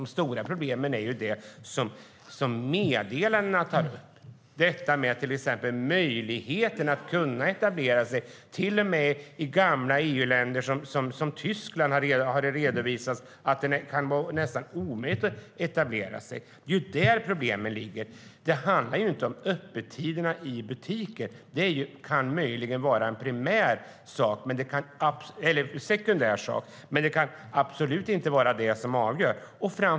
De stora problemen tas upp i meddelandena, till exempel möjligheten att etablera sig i gamla EU-länder som Tyskland. Det har redovisats att det kan vara nästan omöjligt att etablera sig där. Det är där som problemen ligger. Det handlar inte om öppettiderna i butiker. Det kan möjligen vara en sekundär sak, men det kan absolut inte vara det som avgör.